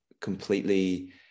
completely